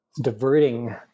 diverting